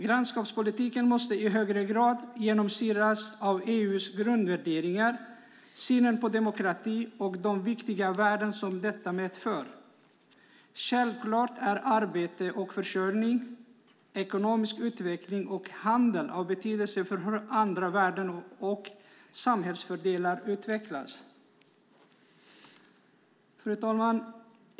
Grannskapspolitiken måste i högre grad genomsyras av EU:s grundvärderingar, synen på demokrati och de viktiga värden som detta medför. Självklart är arbete och försörjning, ekonomisk utveckling och handel av betydelse för hur andra värden och delar av samhället utvecklas.